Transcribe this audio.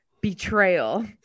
betrayal